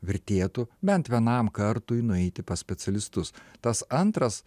vertėtų bent vienam kartui nueiti pas specialistus tas antras